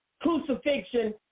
crucifixion